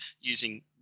using